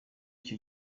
icyo